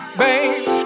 babe